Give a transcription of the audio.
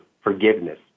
forgiveness